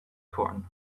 corn